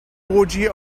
orgy